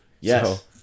Yes